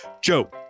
Joe